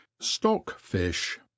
STOCK-FISH